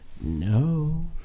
No